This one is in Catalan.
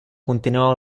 continueu